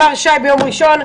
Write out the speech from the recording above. הייתי בימ"ר ש"י ביום ראשון,